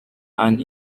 and